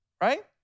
right